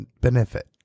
benefit